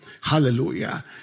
Hallelujah